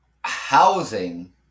Housing